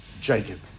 jacob